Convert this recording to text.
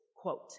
Quote